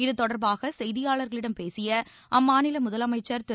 இதுதொடர்பாக செய்தியாளர்களிடம் பேசிய அம்மாநில முதலமைச்சர் திரு